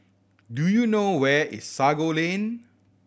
do you know where is Sago Lane